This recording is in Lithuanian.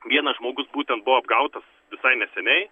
vienas žmogus būtent buvo apgautas visai neseniai